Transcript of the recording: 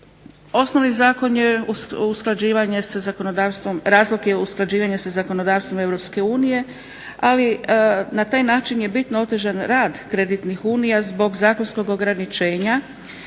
Osnovni zakon je usklađivanje, razlog je usklađivanje sa zakonodavstvom Europske unije, ali na taj način je bitno otežan rad kreditnih unija zbog zakonskog ograničenja,